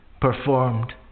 performed